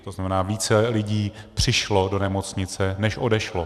To znamená, více lidí přišlo do nemocnice než odešlo.